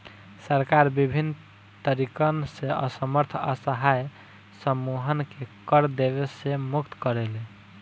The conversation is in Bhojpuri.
सरकार बिभिन्न तरीकन से असमर्थ असहाय समूहन के कर देवे से मुक्त करेले